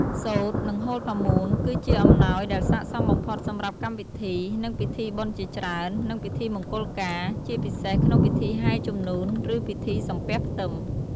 សូត្រ និងហូលផាមួង គឺជាអំណោយដែលស័ក្តិសមបំផុតសម្រាប់កម្មវិធី និងពិធីបុណ្យជាច្រើន និងពិធីមង្គលការ ជាពិសេសក្នុងពិធីហែជំនូន ឬពិធីសំពះផ្ទឹម ។